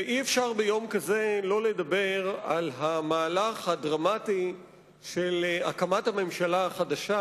אי-אפשר ביום כזה לא לדבר על המהלך הדרמטי של הקמת הממשלה החדשה,